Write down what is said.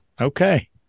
okay